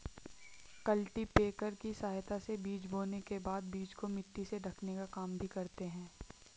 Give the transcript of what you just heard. cultipacker की सहायता से बीज बोने के बाद बीज को मिट्टी से ढकने का काम भी करते है